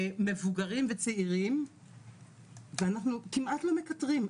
מבוגרים וצעירים ואנחנו כמעט לא מקטרים,